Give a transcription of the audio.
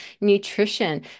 nutrition